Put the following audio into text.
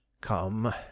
Come